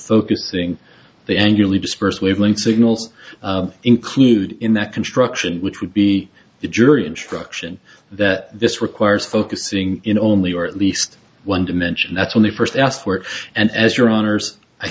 focusing the angerly disperse wavelength signals include in that construction which would be the jury instruction that this requires focusing in only or at least one dimension that's when they first asked for